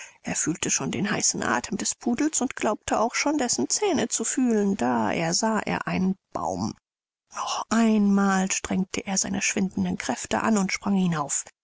er fühlte schon den heißen athem des pudels und glaubte auch schon dessen zähne zu fühlen da ersah er einen baum noch ein mal strengte er seine schwindenden kräfte an und sprang hinauf